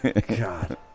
God